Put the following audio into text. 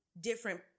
different